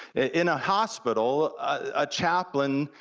in a hospital, a chaplain,